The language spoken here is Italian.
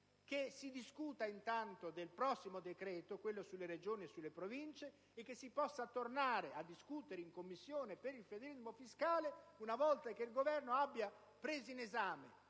Si discuta del prossimo decreto, quello sulle Regioni sulle Province, e dopo si torni a discutere in Commissione per il federalismo fiscale, una volta che il Governo abbia preso in esame